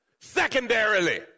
Secondarily